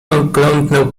oglądnął